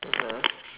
ya